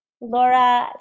Laura